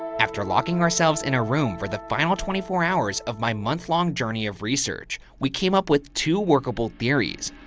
after locking ourselves in a room for the final twenty four hours of my month-long journey of research, we came up with two workable theories,